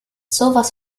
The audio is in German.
sowas